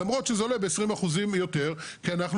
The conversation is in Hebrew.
למרות שזה עולה ב-20% יותר כי אנחנו